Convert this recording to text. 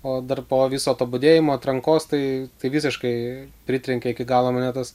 o dar po viso to budėjimo atrankos tai visiškai pritrenkė iki galo mane tas